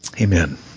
Amen